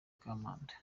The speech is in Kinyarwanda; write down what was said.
kamanda